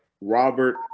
Robert